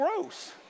gross